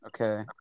Okay